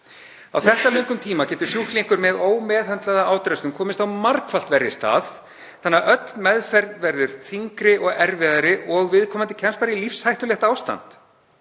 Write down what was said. Á þetta löngum tíma getur sjúklingur með ómeðhöndlaða átröskun komist á margfalt verri stað þannig að öll meðferð verður þyngri og erfiðari og viðkomandi kemst í lífshættulegt ástand.